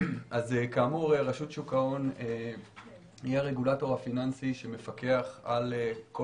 רשות שוק ההון היא הרגולטור הפיננסי שמפקח על כל